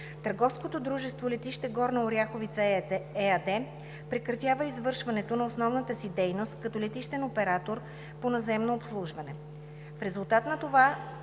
търговското дружество „Летище Горна Оряховица“ ЕАД прекратява извършването на основната си дейност като летищен оператор по наземно обслужване.